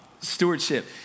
Stewardship